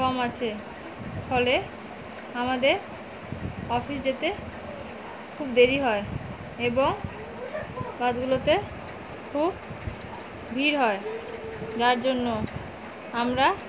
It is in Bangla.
কম আছে ফলে আমাদের অফিস যেতে খুব দেরি হয় এবং বাসগুলোতে খুব ভিড় হয় যার জন্য আমরা